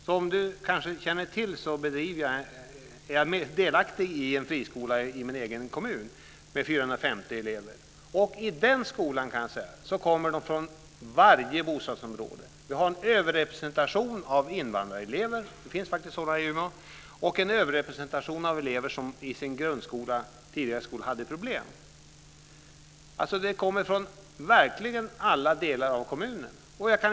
Som Lennart Gustavsson kanske känner till är jag delaktig i en friskola med 450 elever i min egen hemkommun. I den skolan kommer eleverna från varje bostadsområde. Vi har en överrepresentation av invandrarelever - det finns faktiskt sådana i Umeå - och en överrepresentation av elever som i sin tidigare skola hade problem. Eleverna kommer från alla delar av kommunen.